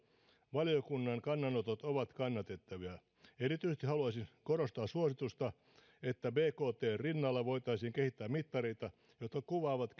valiokunnan kannanotot ovat kannatettavia erityisesti haluaisin korostaa suositusta että bktn rinnalla voitaisiin kehittää muita mittareita jotka kuvaavat